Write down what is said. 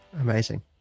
amazing